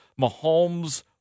Mahomes